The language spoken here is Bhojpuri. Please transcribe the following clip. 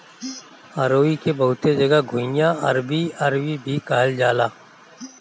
अरुई के बहुते जगह घुइयां, अरबी, अरवी भी कहल जाला